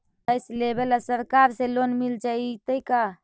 भैंस लेबे ल सरकार से लोन मिल जइतै का?